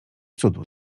cudu